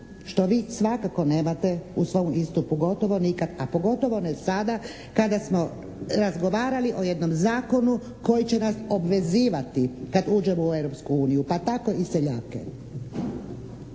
što bi svakako nemate u svom istupu gotovo nikad, a pogotovo ne sada kada smo razgovarali o jednom zakonu koji će nas obvezivati kad uđemo u Europsku uniju, pa tako i seljake.